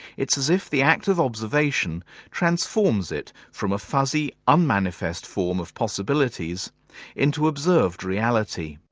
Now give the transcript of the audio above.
it's as if the act of observation transforms it from a fuzzy, unmanifest form of possibilities into observed reality.